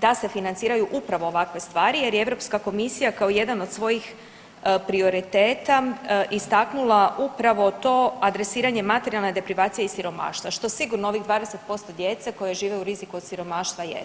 da se financiraju upravo ovakve stvari jer je Europska komisija kao jedan od svojih prioriteta istaknula upravo to adresiranje materijalne deprivacije i siromaštva što sigurno ovih 20% djece koji žive u riziku od siromaštva jesu.